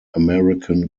american